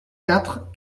quatre